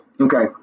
Okay